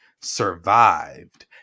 survived